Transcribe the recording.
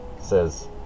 says